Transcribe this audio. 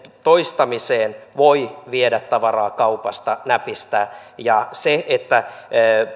toistamiseen voi viedä tavaraa kaupasta näpistää ja se että